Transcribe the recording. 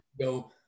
go